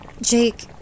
Jake